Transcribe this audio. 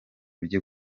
bye